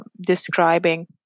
describing